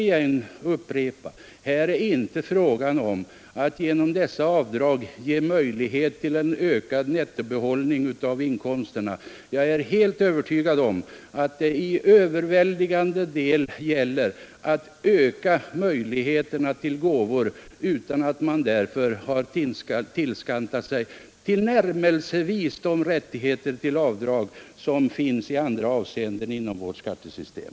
Jag vill upprepa att det här inte är fråga om att genom avdragen skapa möjligheter till en ökad nettobehållning av inkomsterna. Jag är helt övertygad om att det här till övervägande delen gäller att öka möjligheterna att ge gåvor, utan att givaren samtidigt tillgodogör sig tillnärmelsevis de avdragsförmåner som står att vinna i andra avseenden i vårt skattesystem.